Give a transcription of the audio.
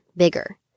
bigger